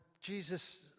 Jesus